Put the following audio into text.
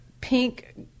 pink